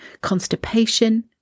constipation